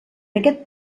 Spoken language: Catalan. aquest